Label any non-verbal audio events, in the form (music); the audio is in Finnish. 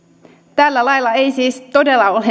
tällä lailla ei siis todellakaan ole (unintelligible)